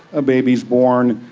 a baby is born,